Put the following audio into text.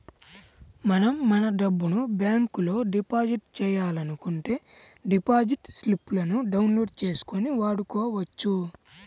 మనం మన డబ్బును బ్యాంకులో డిపాజిట్ చేయాలనుకుంటే డిపాజిట్ స్లిపులను డౌన్ లోడ్ చేసుకొని వాడుకోవచ్చు